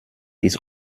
ist